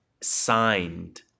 signed